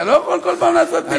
אתה לא יכול כל פעם לעשות לי את זה.